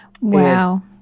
Wow